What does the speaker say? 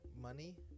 money